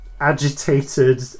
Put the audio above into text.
agitated